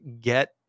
get